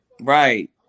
right